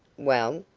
well?